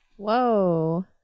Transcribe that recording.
whoa